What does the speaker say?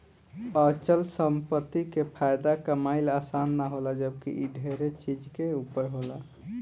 अचल संपत्ति से फायदा कमाइल आसान ना होला जबकि इ ढेरे चीज के ऊपर होला